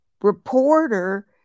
reporter